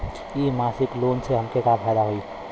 इ मासिक लोन से हमके का फायदा होई?